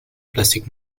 plastic